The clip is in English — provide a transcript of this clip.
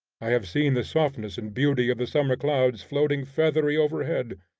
i have seen the softness and beauty of the summer clouds floating feathery overhead,